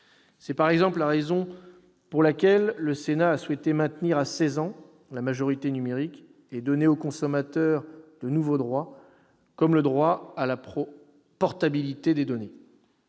C'est, par exemple, la raison pour laquelle le Sénat a souhaité maintenir à seize ans la majorité numérique et donner au consommateur de nouveaux droits, comme le droit à la portabilité des données.